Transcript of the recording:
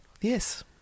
Yes